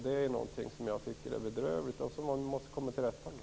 Det är någonting som jag tycker är bedrövligt och som vi måste komma till rätta med.